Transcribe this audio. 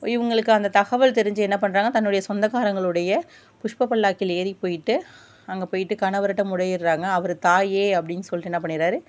இவங்களுக்கு அந்த தகவல் தெரிஞ்சு என்ன பண்ணுறாங்க தங்களுடைய சொந்தகாரங்களுடைய புஷ்பப்பல்லாக்கில் ஏறிபோயிவிட்டு அங்கே போயிவிட்டு கணவர்கிட்ட முறையிட்றாங்க அவர் தாயே அப்படின் சொல்லிட்டு என்ன பண்ணிட்றார்